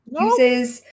uses